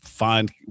find